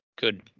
good